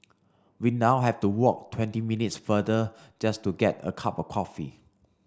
we now have to walk twenty minutes further just to get a cup of coffee